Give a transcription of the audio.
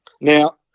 Now